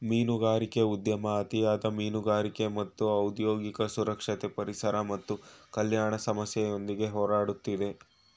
ಮೀನುಗಾರಿಕೆ ಉದ್ಯಮ ಅತಿಯಾದ ಮೀನುಗಾರಿಕೆ ಮತ್ತು ಔದ್ಯೋಗಿಕ ಸುರಕ್ಷತೆ ಪರಿಸರ ಮತ್ತು ಕಲ್ಯಾಣ ಸಮಸ್ಯೆಯೊಂದಿಗೆ ಹೋರಾಡ್ತಿದೆ